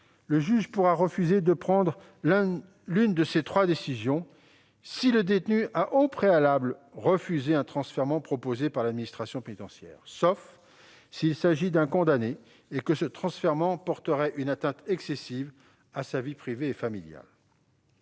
le juge pourra refuser de prendre l'une de ces trois décisions si le détenu a au préalable refusé un transfèrement proposé par l'administration pénitentiaire, sauf s'il s'agit d'un condamné et que ce transfèrement porterait une atteinte excessive à sa vie privée et familiale.